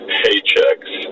paychecks